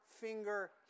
finger